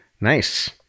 Nice